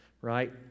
right